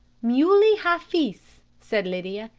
muley hafiz, said lydia.